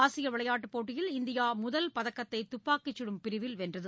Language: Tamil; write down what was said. ஆசியவிளையாட்டுபோட்டியில் இந்தியாமுதல் பதக்கத்தைதுப்பாக்கிச்சுடும் பிரிவில்வென்றது